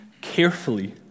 carefully